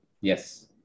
Yes